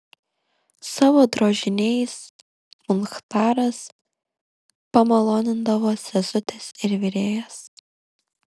savo drožiniais muchtaras pamalonindavo sesutes ir virėjas